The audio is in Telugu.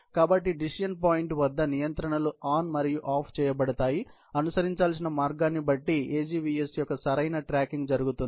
కాబట్టి డెసిషన్ పాయింట్ వద్ద నియంత్రణలు ఆన్ మరియు ఆఫ్ చేయబడతాయి అనుసరించాల్సిన మార్గాన్ని బట్టి AGVS యొక్క సరైన ట్రాకింగ్ జరుగుతుంది